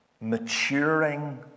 maturing